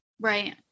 Right